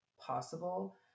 possible